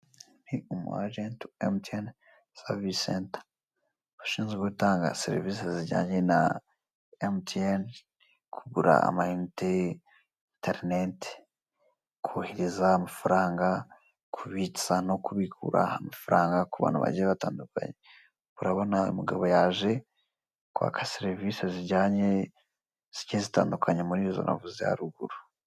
Umu agenti wa emutiyeni wa emutiyeni savise senta, ashinzwe gutanga serivisi zijyanye na emutiyeni, kugura amayinite, interineti, kohereza amafaranga, kubitsa no kubikura amafaranga ku bantu bagiye batandukanye. Urabona umugabo yaje kwaka serivisi zigiye zitandukanye, muri izo navuze haruguru.